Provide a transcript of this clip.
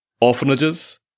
orphanages